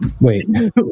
Wait